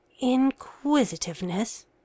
Inquisitiveness